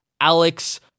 Alex